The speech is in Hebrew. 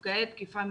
נפגעי תקיפה מינית,